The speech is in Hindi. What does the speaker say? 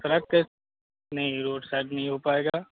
नहीं रोड साइड नहीं हो पाएगा